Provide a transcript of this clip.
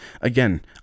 again